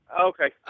Okay